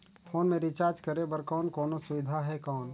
Phone मे recharge करे बर और कोनो सुविधा है कौन?